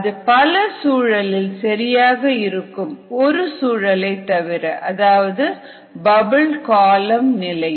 அது பல சூழலில் சரியாக இருக்கும் ஒரு சூழலை தவிர அதாவது பபிள் காலம் நிலையில்